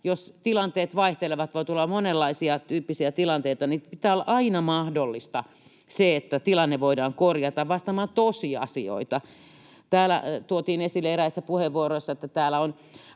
jos tilanteet vaihtelevat — voi tulla monenlaisia, ‑tyyppisiä tilanteita — niin pitää olla aina mahdollista se, että tilanne voidaan korjata vastaamaan tosiasioita. Täällä tuotiin esille eräissä puheenvuoroissa, että täällä on